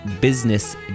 business